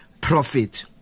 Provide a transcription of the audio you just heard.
profit